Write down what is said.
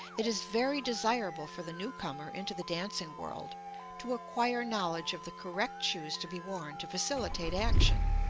it is very desirable for the newcomer into the dancing world to acquire knowledge of the correct shoes to be worn to facilitate action,